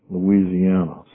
Louisiana